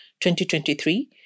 2023